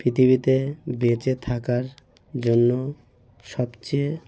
পিথিবীতে বেঁচে থাকার জন্য সবচেয়ে